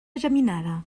geminada